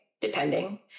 depending